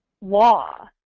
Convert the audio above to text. law